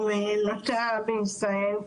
הוא נותר בישראל,